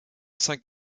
saint